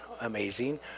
amazing